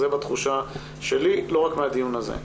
זה בתחושה שלי ולא רק מהדיון הזה.